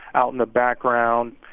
out in the background,